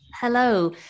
Hello